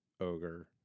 ogre